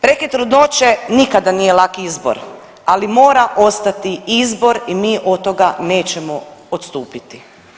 Prekid trudnoće nikada nije lak izbor, ali mora ostati izbor i mi od toga nećemo odstupiti.